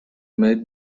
made